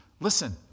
listen